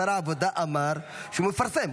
שר העבודה אמר שהוא מפרסם.